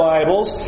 Bibles